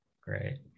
Great